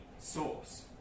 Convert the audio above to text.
source